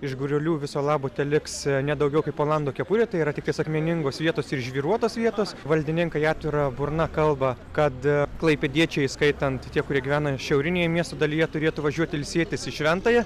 iš girulių viso labo teliks ne daugiau kaip olando kepurė tai yra tiktais akmeningos vietos ir žvyruotos vietos valdininkai atvira burna kalba kad klaipėdiečiai įskaitant tie kurie gyvena šiaurinėje miesto dalyje turėtų važiuoti ilsėtis į šventąją